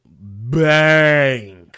Bang